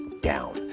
down